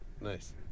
Nice